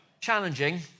Challenging